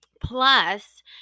plus